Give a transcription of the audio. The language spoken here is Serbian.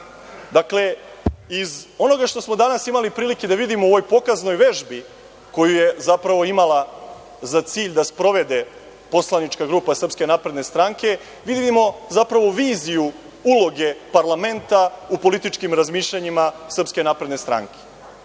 iz onoga što smo danas imali prilike da vidimo u ovoj pokaznoj vežbi koju je zapravo imala za cilj da sprovede poslanička grupa SNS, vidimo zapravo viziju uloge parlamenta u političkim razmišljanjima SNS. Očito je da